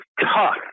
tough